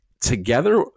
together